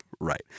Right